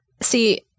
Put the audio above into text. See